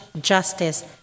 justice